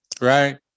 Right